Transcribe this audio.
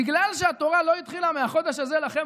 בגלל שהתורה לא התחילה מ"החדש הזה לכם